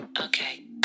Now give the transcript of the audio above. Okay